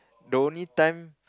the only time